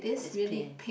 it's pin